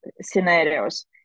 scenarios